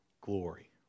glory